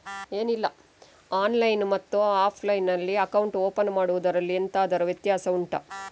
online ಮತ್ತು offline ನಲ್ಲಿ account open ಮಾಡುವುದರಲ್ಲಿ ಎಂತಾದರು ವ್ಯತ್ಯಾಸ ಉಂಟಾ